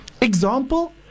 Example